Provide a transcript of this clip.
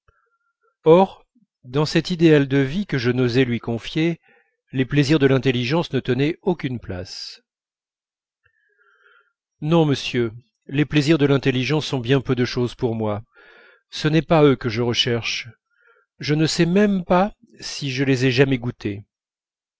dans cet idéal de vie que je n'osais lui confier les plaisirs de l'intelligence ne tenaient aucune place non monsieur les plaisirs de l'intelligence sont bien peu de chose pour moi ce n'est pas eux que je recherche je ne sais même pas si je les ai jamais goûtés